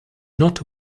not